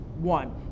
one